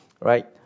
right